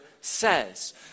says